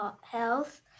health